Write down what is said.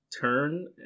turn